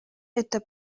это